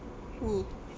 hmm